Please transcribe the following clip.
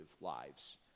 lives